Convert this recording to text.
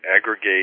aggregate